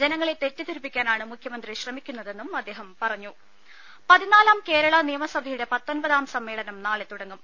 ജനങ്ങളെ തെറ്റിദ്ധരിപ്പിക്കാനാണ് മുഖ്യമന്ത്രി ശ്രമിക്കുന്നതെന്നും അദ്ദേഹം പറഞ്ഞു ദേദ പതിനാലാം കേരള നിയമസഭയുടെ പത്തൊൻപതാം സമ്മേളനം നാളെ തുടങ്ങും